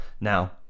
Now